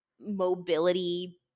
mobility